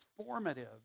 transformative